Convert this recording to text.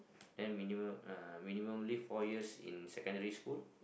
then minimum uh minimumly four years in secondary school